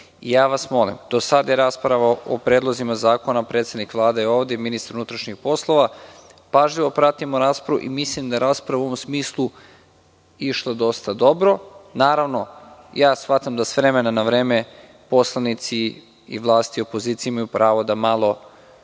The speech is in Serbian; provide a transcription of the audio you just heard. vas, sada je rasprava o predlozima zakona. Predsednik Vlade je ovde i ministar unutrašnjih poslova, pažljivo pratimo raspravu i mislim da je rasprava išla dosta dobro. Naravno, shvatam da s vremena na vreme poslanici vlasti i opozicije imaju pravo da malo